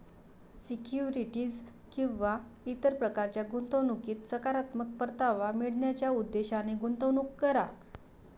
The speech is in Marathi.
सिक्युरिटीज किंवा इतर प्रकारच्या गुंतवणुकीत सकारात्मक परतावा मिळवण्याच्या उद्देशाने गुंतवणूक करा